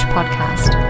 Podcast